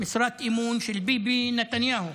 משרת אמון של ביבי נתניהו.